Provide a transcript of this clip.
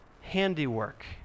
handiwork